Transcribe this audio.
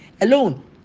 alone